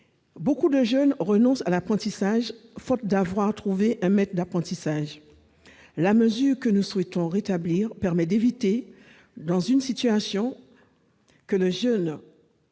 Beaucoup de jeunes renoncent à l'apprentissage, faute d'avoir trouvé un maître d'apprentissage. La mesure que nous souhaitons rétablir permet d'éviter, dans cette situation, que le jeune ne